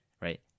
right